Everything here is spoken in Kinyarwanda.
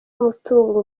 n’umutungo